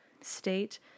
state